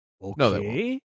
Okay